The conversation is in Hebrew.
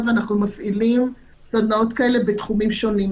פסיכו-חינוכיות ואנחנו מפעילים סדנאות כאלה בתחומים שונים.